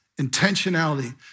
intentionality